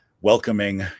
welcoming